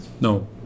No